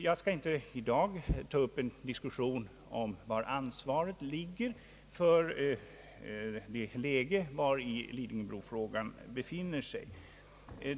Jag skall inte i dag ta upp en diskussion om var ansvaret ligger för det läge vari frågan om Lidingöbron befinner sig.